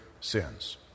sins